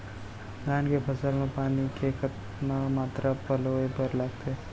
धान के फसल म पानी के कतना मात्रा पलोय बर लागथे?